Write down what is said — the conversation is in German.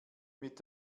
mit